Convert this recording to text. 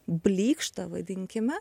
blykšta vadinkime